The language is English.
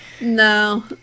no